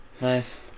Nice